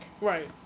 Right